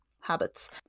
habits